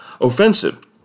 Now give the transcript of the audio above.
offensive